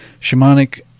shamanic